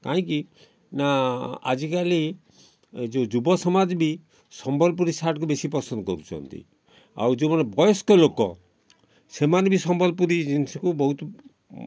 କାହିଁକି ନା ଆଜିକାଲି ଯେଉଁ ଯୁବ ସମାଜ ବି ସମ୍ବଲପୁରୀ ଶାର୍ଟକୁ ବେଶି ପସନ୍ଦ କରୁଛନ୍ତି ଆଉ ଯେଉଁମାନେ ବୟସ୍କ ଲୋକ ସେମାନେ ବି ସମ୍ବଲପୁରୀ ଜିନିଷକୁ ବହୁତ